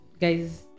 guys